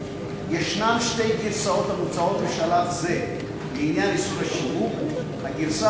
יש שתי גרסאות המוצעות בשלב זה לעניין איסור השיווק: הגרסה